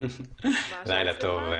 לילה טוב.